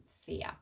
fear